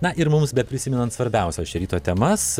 na ir mums be prisimenant svarbiausias šio ryto temas